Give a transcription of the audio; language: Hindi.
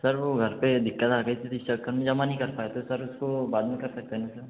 सर वह घर पर दिक़्क़त आ गई थी तो इस चक्कर में जमा नहीं कर पाए थे सर उसको बाद में कर सकते हैं सर